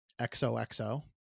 XOXO